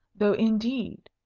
though indeed,